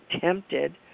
tempted